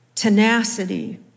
Tenacity